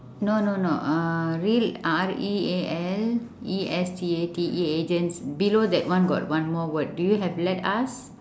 no no no uh real R E A L E S T A T E agents below that one got one more word do you have let us